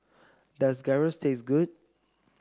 does Gyros taste good